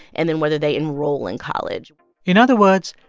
and then whether they enroll in college in other words,